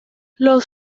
los